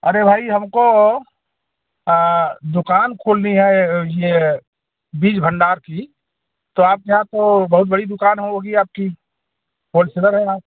अरे भाई हमको दुकान खोलनी है ये बीज भंडार की तो आपके यहाँ तो बहुत बड़ी दुकान होगी आपकी होलसेलर हैं आप